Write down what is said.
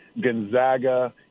Gonzaga